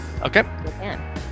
Okay